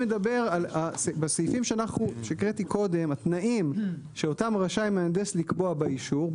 בסעיפים שהקראתי קודם התנאים שאותם רשאי מהנדס לקבוע באישור,